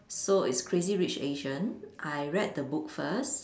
so it's Crazy-Rich-Asians I read the book first